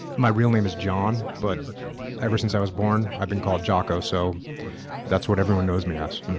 my real name is john but ever since i was born, i've been called jocko so that's what everyone knows me as.